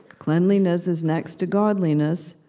cleanliness is next to godliness,